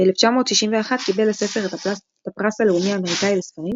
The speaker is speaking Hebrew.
ב-1961 קיבל הספר את הפרס הלאומי האמריקאי לספרים,